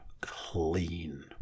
clean